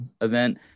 event